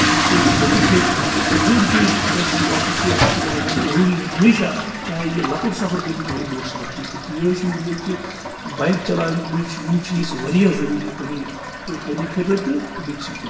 ییٚمہِ سٍتۍ یہِ بٔچِتھ ہٮ۪کہِ اور دوٚیِم چیٖز گَژھِ أمِس آسُن سیٚفٹی خٲطرٕ ہیلمِٹ ضروٗری ہَمیشاہ چاہے یہِ لۅکُٹ سَفَر کٔرۍتَن چاہے یہِ بٔڈۍ سَفَر کٔرۍتَن تہٕ یِہَے چھَم گُذٲرِش کہِ بایِک چَلایہِ ہٕنٛدۍ دٔسۍ یِم چیٖز چھِ وارِیاہ ضروٗری پنٕنہِ پنٕنہِ خٲطرٕ تہٕ بیٚکہِ سٕنٛدِ خٲطرٕ